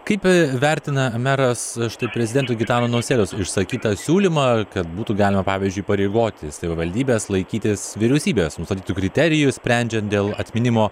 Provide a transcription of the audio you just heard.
kaip vertina meras štai prezidento gitano nausėdos išsakytą siūlymą kad būtų galima pavyzdžiui įpareigoti savivaldybes laikytis vyriausybės nustatytų kriterijų sprendžiant dėl atminimo